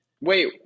Wait